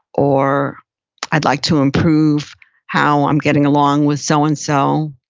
or i'd like to improve how i'm getting along with so and so.